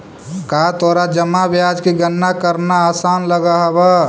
का तोरा जमा ब्याज की गणना करना आसान लगअ हवअ